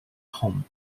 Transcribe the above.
home